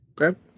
Okay